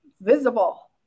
visible